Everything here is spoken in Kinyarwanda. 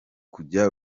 kujya